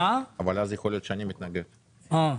בקשה מספר 83-001,